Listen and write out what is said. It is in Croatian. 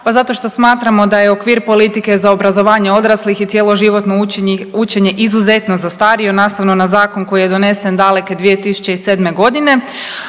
Pa zato što smatramo da je okvir politike za obrazovanje odraslih i cjeloživotno učenje izuzetno zastario nastavno na zakon koji je donesen daleke 2007.g.